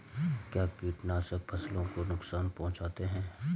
क्या कीटनाशक फसलों को नुकसान पहुँचाते हैं?